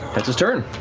its its turn.